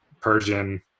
Persian